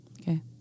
Okay